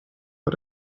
but